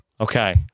Okay